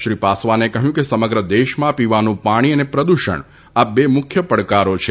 શ્રી પાસવાને કહ્યું કે સમગ્ર દેશમાં પીવાનું પાણી અને પ્રદૃષણ આ બે મુખ્ય પડકારો છે